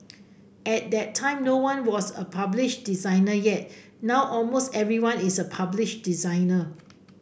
at that time no one was a published designer yet now almost everyone is a published designer